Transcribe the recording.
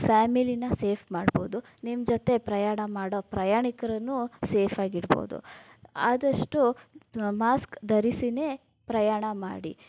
ಫ್ಯಾಮಿಲಿಯನ್ನ safe ಮಾಡ್ಬೋದು ನಿಮ್ಮ ಜೊತೆ ಪ್ರಯಾಣ ಮಾಡೋ ಪ್ರಯಾಣಿಕರನ್ನು ಸೇಫಾಗಿಡ್ಬೋದು ಆದಷ್ಟು ಮಾಸ್ಕ್ ಧರಿಸಿಯೇ ಪ್ರಯಾಣ ಮಾಡಿ